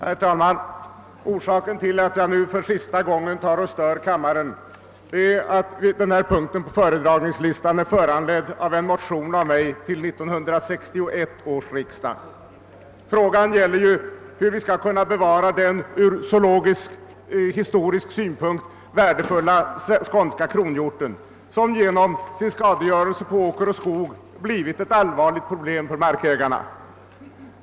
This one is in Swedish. Herr talman! Orsaken till att jag nu för sista gången stör kammaren är att denna punkt på föredragningslistan är föranledd av en motion som jag väckt vid 1961 års riksdag. Frågan gäller hur vi skall bevara den ur zoologisk-historisk synpunkt värdefulla skånska kronhjorten, som genom sin skadegörelse på åker och skog har blivit ett allvarligt problem för markägarna.